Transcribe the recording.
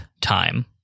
time